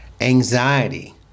anxiety